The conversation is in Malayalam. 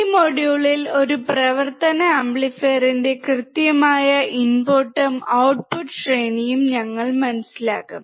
ഈ മൊഡ്യൂളിൽ ഒരു പ്രവർത്തന ആംപ്ലിഫയറിന്റെ കൃത്യമായ ഇൻപുട്ടും ഔട്ട്പുട്ട് ശ്രേണിയും ഞങ്ങൾ മനസ്സിലാക്കും